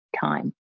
time